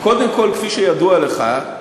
קודם כול, כפי שידוע לך,